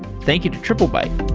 thank you to triplebyte